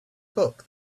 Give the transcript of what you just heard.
book